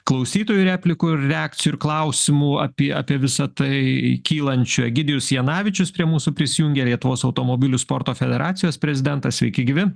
klausytojų replikų ir reakcijų ir klausimų apie apie visa tai kylančių egidijus janavičius prie mūsų prisijungė lietuvos automobilių sporto federacijos prezidentas sveiki gyvi